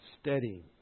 steady